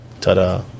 Ta-da